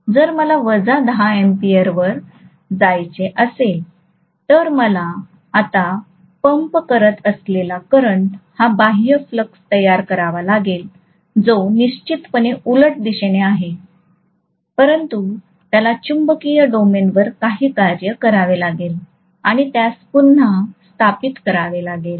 जर मला वजा 10 एम्पियर वर यायचे असेल तर आता मी पंप करत असलेला करंट हा बाह्य फ्लक्स तयार करेल जो निश्चितपणे उलट दिशेने आहे परंतु त्याला चुंबकीय डोमेनवर काही कार्य करावे लागेल आणि त्यास पुन्हा स्थापित करावे लागेल